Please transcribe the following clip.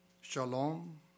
shalom